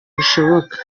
bishoboka